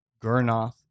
Gurnoth